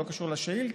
הוא לא קשור לשאילתה: